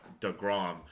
DeGrom